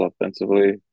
offensively